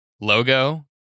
logo